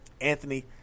Anthony